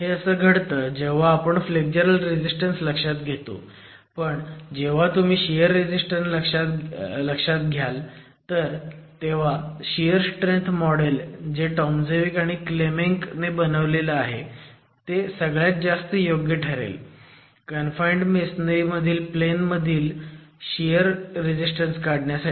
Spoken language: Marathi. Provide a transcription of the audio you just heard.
हे असं घडतं जेव्हा आपण फ्लेग्जरल रेझीस्टन्स लक्षात घेतो पण जेव्हा तुम्ही शियर रेझीस्टन्स लक्षात घेतला तर शियर स्ट्रेंथ मॉडेल जे टॉमझेविक आणि क्लेमेंक नी बनवलं आहे ते हे सगळ्यात जास्त योग्य ठरेल कन्फाईंड मेसोनारी मधील प्लेन मधील शियर रेसिस्टन्स काढण्यासाठी